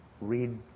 read